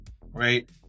right